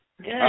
Good